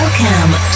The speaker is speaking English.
Welcome